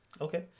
Okay